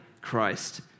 Christ